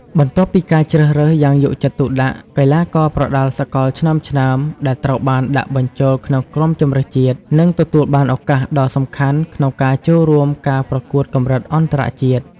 បន្ទាប់ពីការជ្រើសរើសយ៉ាងយកចិត្តទុកដាក់ កីឡាករប្រដាល់សកលឆ្នើមៗដែលត្រូវបានដាក់បញ្ចូលក្នុងក្រុមជម្រើសជាតិ នឹងទទួលបានឱកាសដ៏សំខាន់ក្នុងការចូលរួមការប្រកួតកម្រិតអន្តរជាតិ។